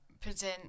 present